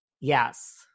Yes